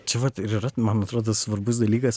čia vat ir yra man atrodo svarbus dalykas